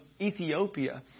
Ethiopia